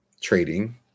Trading